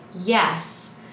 yes